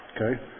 Okay